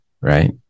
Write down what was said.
right